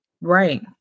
Right